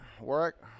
work